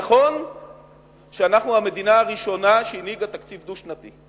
נכון שאנחנו המדינה הראשונה שהנהיגה תקציב דו-שנתי.